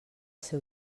ser